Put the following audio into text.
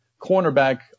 cornerback